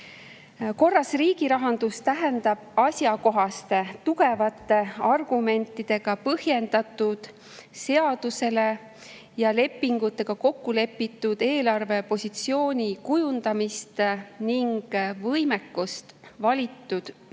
Korras riigirahandus tähendab asjakohaste tugevate argumentidega põhjendatud, seadusel rajaneva ja lepingutega kokku lepitud eelarvepositsiooni kujundamist ning võimekust valitud